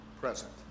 present